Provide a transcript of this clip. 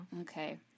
Okay